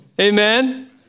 Amen